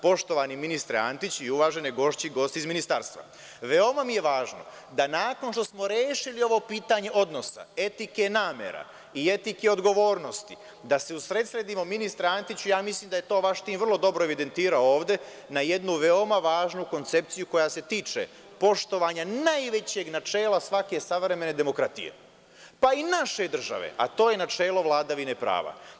Poštovani ministre Antić i uvaženi gosti iz ministarstva, veoma mi je važno da nakon što smo rešili ovo pitanje odnosa etike namere i etike odgovornosti, da se usredsredimo ministre Antiću i mislim da je to vaš tim vrlo dobro evidentirao ovde, na jednu veoma važnu koncepciju koja se tiče poštovanja najvećeg načela svake savremene demokratije, pa i naše države, a to je načelo vladavine prava.